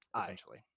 essentially